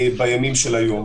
היום.